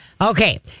Okay